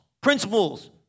principles